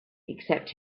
except